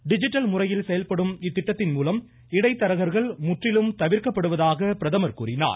digital முறையில் செயல்படும் இத்திட்டத்தின் மூலம் இடைத்தரகர்கள் முற்றிலும் தவிர்க்கப்படுவதாக பிரதமர் கூறினார்